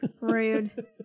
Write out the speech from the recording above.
rude